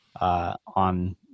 on